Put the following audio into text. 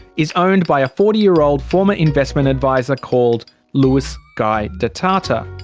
is owned by a forty year old former investment adviser called louis guy detata.